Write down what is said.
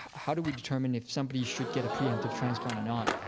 how do we determine if somebody should get a preemptive transplant or not?